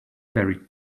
very